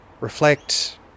reflect